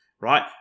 right